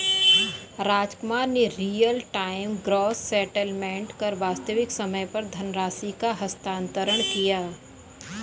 रामकुमार ने real time gross settlement कर वास्तविक समय पर धनराशि का हस्तांतरण किया